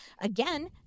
again